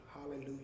Hallelujah